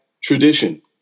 tradition